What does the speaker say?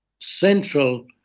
central